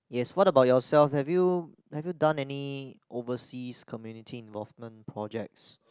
yes what about yourself have you have you done any overseas community involvement projects